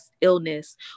illness